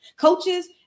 coaches